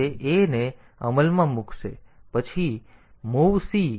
તેથી આ વર્ગમૂળ પ્રોગ્રામ